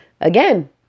Again